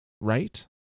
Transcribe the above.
right